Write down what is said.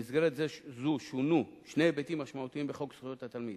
במסגרת זו שונו שני היבטים משמעותיים בחוק זכויות התלמיד: